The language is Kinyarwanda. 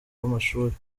w’amashuri